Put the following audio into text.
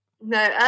No